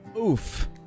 Oof